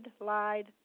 lied